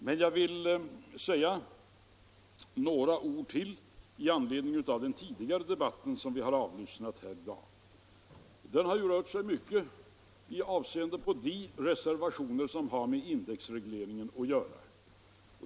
Men jag vill säga några ord i anledning av den tidigare debatt som vi har avlyssnat här i dag. Den har ju rört sig mycket om de reservationer som har med indexregleringen att göra.